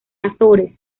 azores